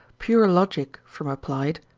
pure logic from applied,